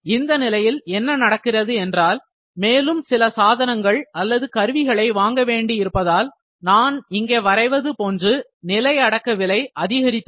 இந்த நிலையில் என்ன நடக்கிறது என்றால் மேலும் சில சாதனங்கள் அல்லது கருவிகளை வாங்க வேண்டி இருப்பதால் நான் இங்கே வரைவது போன்று நிலை அடக்க விலை அதிகரித்திருக்கும்